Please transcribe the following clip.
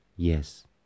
Yes